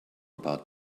about